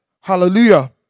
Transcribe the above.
Hallelujah